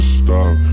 stop